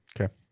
Okay